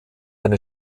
eine